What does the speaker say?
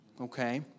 Okay